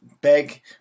beg